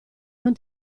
non